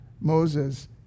Moses